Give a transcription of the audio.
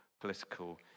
political